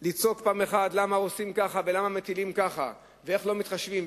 ולצעוק פעם אחת: למה עושים ככה ולמה מטילים ככה ואיך לא מתחשבים,